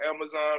Amazon